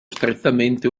strettamente